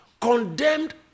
condemned